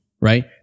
right